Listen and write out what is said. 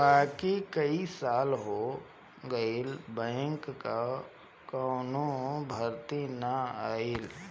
बाकी कई साल हो गईल बैंक कअ कवनो भर्ती ना आईल